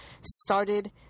started